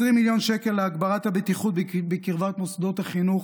20 מיליון שקל להגברת הבטיחות בקרבת מוסדות החינוך.